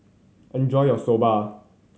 enjoy your Soba